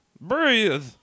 Breathe